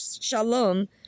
Shalom